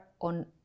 on